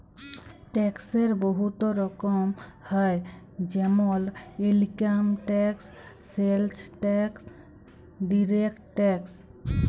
ট্যাক্সের বহুত রকম হ্যয় যেমল income tax, sales tax, direct tax